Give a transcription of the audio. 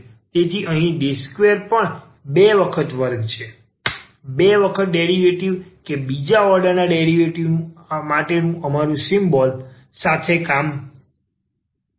તેથી અહીં D2 પણ 2 વખત વર્ગ છે બે વખત ડેરિવેટિવ કે જે બીજા ઓર્ડરના ડેરિવેટિવ્ઝ માટેનું અમારું સિમ્બોલ છે